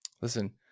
Listen